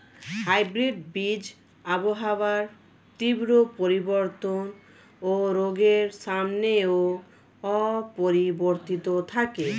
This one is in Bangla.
হাইব্রিড বীজ আবহাওয়ার তীব্র পরিবর্তন ও রোগের সামনেও অপরিবর্তিত থাকে